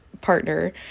partner